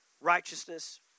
righteousness